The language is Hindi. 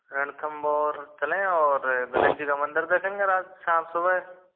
रणथंभौर चलें और गणेश जी का मंदिर देखेंगे राज शाम सुबह